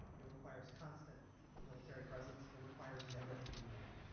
it requires constant military presence. it requires never-ending war.